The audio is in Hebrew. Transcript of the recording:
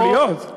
יכול להיות.